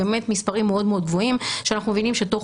באמת מספרים מאוד גבוהים שאנחנו מבינים שתוך